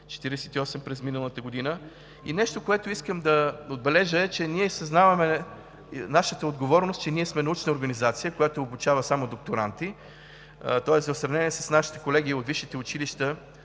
– 48 през миналата година. Нещо, което искам да отбележа, е, че ние съзнаваме нашата отговорност, че сме научна организация, която обучава само докторанти, тоест в сравнение с нашите колеги от висшите училища